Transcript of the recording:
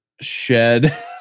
shed